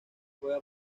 puede